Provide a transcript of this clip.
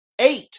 eight